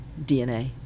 DNA